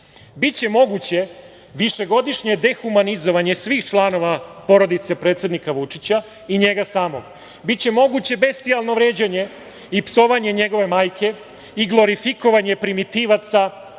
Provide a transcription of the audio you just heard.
biće moguće višegodišnje dehumanizovanje svih članova porodice predsednika Vučića i njega samog, biće moguće bestijalno vređanje i psovanje njegove majke i glorifikovanje primitivaca